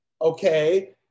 okay